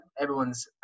everyone's